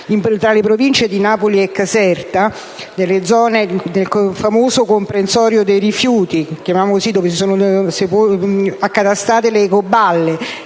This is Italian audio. tra le province di Napoli e Caserta, nelle zone del famoso comprensorio dei rifiuti, dove sono accatastate le ecoballe,